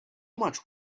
much